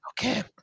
Okay